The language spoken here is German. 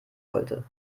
wollte